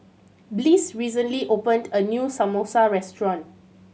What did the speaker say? Bliss recently opened a new Samosa restaurant